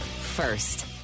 first